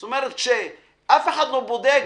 זאת אומרת שאף אחד לא בודק,